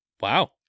Wow